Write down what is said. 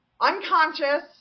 unconscious